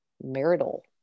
marital